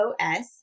OS